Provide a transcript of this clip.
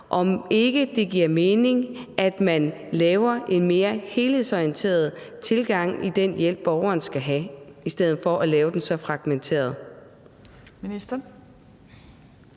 om ikke det giver mening, at man laver en mere helhedsorienteret tilgang i den hjælp, borgeren skal have, i stedet for at lave den så fragmenteret.